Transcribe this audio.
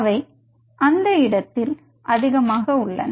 அவை அந்த இடத்தில் அதிகமாக உள்ளன